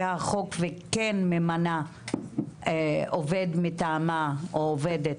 החוק וכן ממנה עובד מטעמה או עובדת,